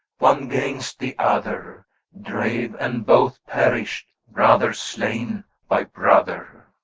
one gainst the other drave, and both perished, brother slain by brother.